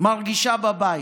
מרגישה בבית,